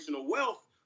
wealth